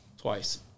Twice